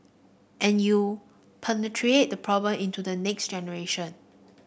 and you perpetuate the problem into the next generation